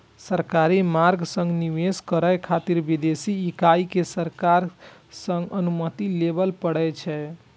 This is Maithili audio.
सरकारी मार्ग सं निवेश करै खातिर विदेशी इकाई कें सरकार सं अनुमति लेबय पड़ै छै